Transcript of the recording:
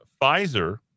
Pfizer